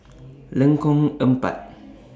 Lengkong Empat